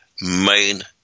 main